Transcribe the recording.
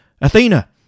Athena